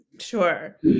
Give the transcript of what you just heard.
Sure